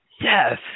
Yes